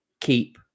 keep